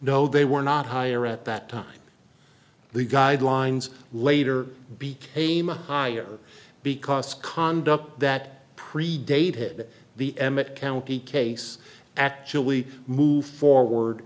no they were not higher at that time the guidelines later became a higher because conduct that predated the emmett county case actually moved forward